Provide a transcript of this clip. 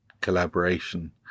collaboration